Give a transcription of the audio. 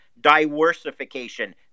diversification